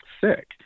sick